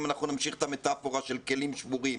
אם נמשיך את המטפורה של כלים שבורים.